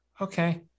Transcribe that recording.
Okay